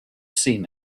seen